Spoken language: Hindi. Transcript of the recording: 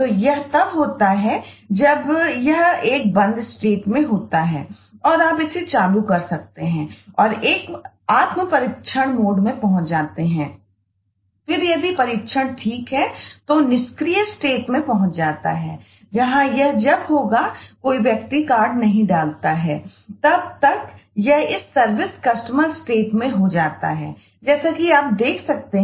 तो यह तब होता है जब यह एक बंद स्टेट हैं